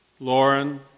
Lauren